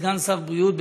סגן שר בריאות,